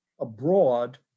abroad